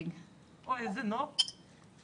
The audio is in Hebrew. איזה נוף יפה.